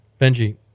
Benji